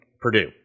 Purdue